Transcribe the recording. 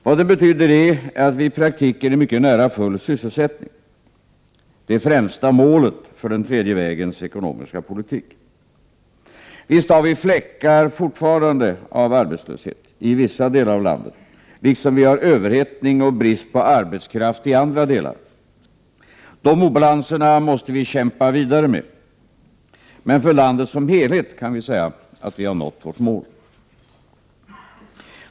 Vad den betyder är att vi nu i praktiken är mycket nära full sysselsättning — det främsta målet för den tredje vägens ekonomiska politik. Visst har vi fläckar av arbetslöshet fortfarande, i vissa delar av landet, liksom vi har överhettning och brist på arbetskraft i andra delar. De obalanserna måste vi kämpa vidare med. Men för landet som helhet kan vi säga att vi har nått vårt mål.